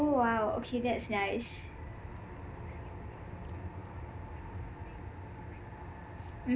!wow! okay that's nice